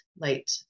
light